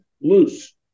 loose